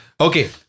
Okay